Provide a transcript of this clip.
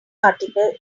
article